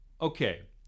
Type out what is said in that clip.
okay